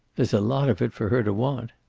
there's a lot of it for her to want.